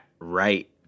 right